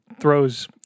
throws